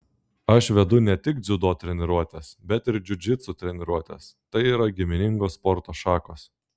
aš vedu ne tik dziudo treniruotes bet ir džiudžitsu treniruotes tai yra giminingos sporto šakos